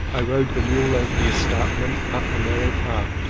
i rode the mule over the escarpment up a narrow path.